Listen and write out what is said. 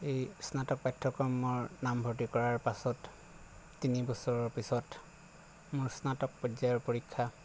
এই স্নাতক পাঠ্যক্ৰমৰ নামভৰ্তি কৰাৰ পাছত তিনি বছৰৰ পিছত মোৰ স্নাতক পৰ্যায়ৰ পৰীক্ষা